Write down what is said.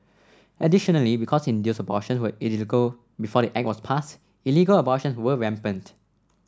additionally because induced abortion were illegal before the Act was pass illegal abortions were rampant